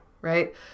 right